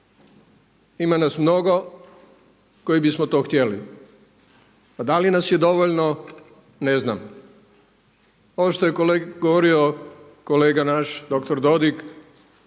Ima nas mnogo koji bismo to htjeli. A da li nas je dovoljno? Ne znam. Ovo što je govorio kolega naš dr. Dodig,